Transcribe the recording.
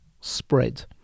spread